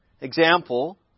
example